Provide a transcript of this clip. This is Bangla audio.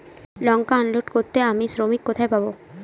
লঙ্কা আনলোড করতে আমি শ্রমিক কোথায় পাবো?